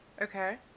Okay